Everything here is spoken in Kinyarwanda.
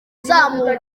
izamuka